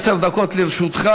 עשר דקות לרשותך.